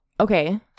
okay